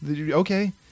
Okay